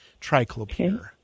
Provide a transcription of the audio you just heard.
triclopyr